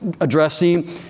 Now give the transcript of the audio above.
addressing